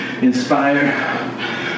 inspire